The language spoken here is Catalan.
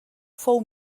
fou